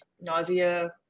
nausea